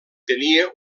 tenia